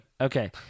Okay